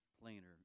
plainer